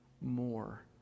more